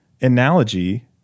analogy